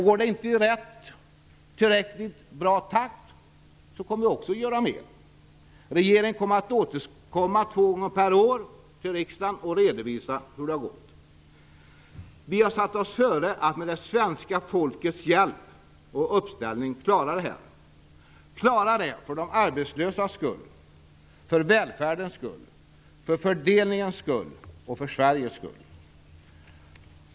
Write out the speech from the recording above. Går det inte i tillräckligt snabb takt kommer vi också att göra mer. Regeringen kommer att återkomma två gånger per år till riksdagen och redovisa hur det har gått. Vi har föresatt oss att med det svenska folkets hjälp klara det här - för de arbetslösas skull, för välfärdens skull, för fördelningens skull och för Sveriges skull.